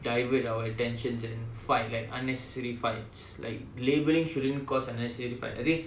divert our attentions and fight like unnecessary fights like labeling shouldn't because unnecessary fight I think